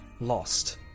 lost